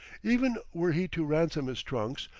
even were he to ransom his trunks,